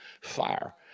fire